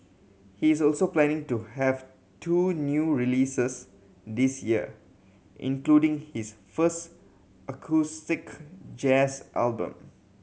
he is also planning to have two new releases this year including his first acoustic jazz album